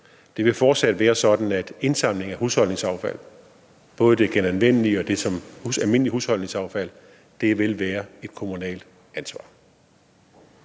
Det vil fortsat være sådan, at indsamling af husholdningsaffald, både det genanvendelige og det almindelige husholdningsaffald, vil være et kommunalt ansvar.